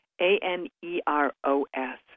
A-N-E-R-O-S